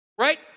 Right